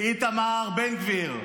איתמר בן גביר,